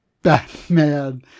Batman